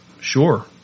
Sure